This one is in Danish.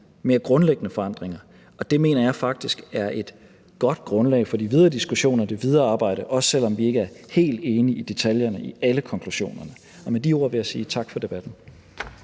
mere grundlæggende forandringer. Og det mener jeg faktisk er et godt grundlag for de videre diskussioner og det videre arbejde, også selv om vi ikke er helt enige om detaljerne i alle konklusionerne. Med de ord vil jeg sige tak for debatten.